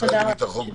המשרד לביטחון פנים.